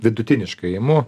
vidutiniškai imu